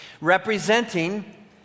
Representing